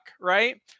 right